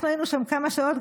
אנחנו היינו שם כמה שעות,